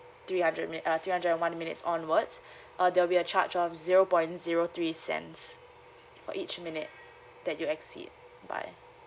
three hundred mi~ uh three hundred and one minutes onwards uh there will be a charge of zero point zero three cents for each minute that you exceed by